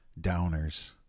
Downers